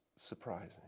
surprising